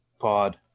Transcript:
pod